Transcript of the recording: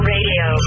Radio